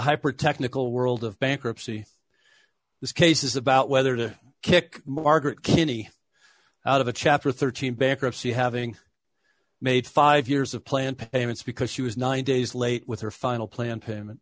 hyper technical world of bankruptcy this case is about whether to kick margaret kinney out of a chapter thirteen bankruptcy having made five years of plan payments because she was nine days late with her final plan